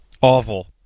awful